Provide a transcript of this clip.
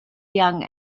young